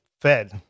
fed